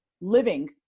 living